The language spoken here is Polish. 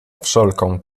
wszelką